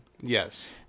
Yes